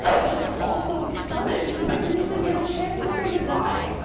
it's just all so sudden, i didn't even get a chance to say goodbye.